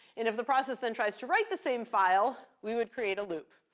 and if the process then tries to write the same file, we would create a loop.